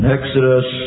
Exodus